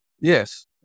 Yes